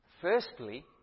Firstly